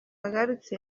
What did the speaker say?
agarutse